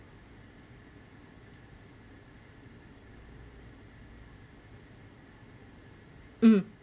mm